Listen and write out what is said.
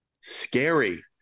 Scary